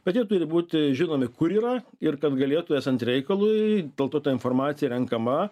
bet jie turi būti žinomi kur yra ir kad galėtų esant reikalui dėl to ta informacija renkama